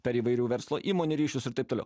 per įvairių verslo įmonių ryšius ir taip toliau